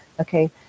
okay